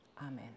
Amen